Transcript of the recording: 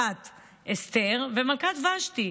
המלכה אסתר והמלכה ושתי.